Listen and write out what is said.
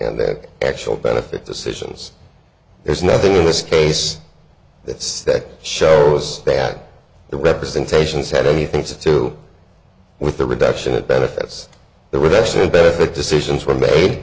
and the actual benefit decisions there's nothing in this case that's that shows that the representations had anything to do with the reduction of benefits the reduction benefit decisions were made